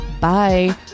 Bye